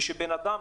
ושבן אדם,